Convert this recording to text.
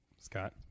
Scott